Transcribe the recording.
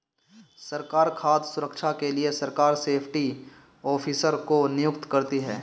सरकार खाद्य सुरक्षा के लिए सरकार सेफ्टी ऑफिसर को नियुक्त करती है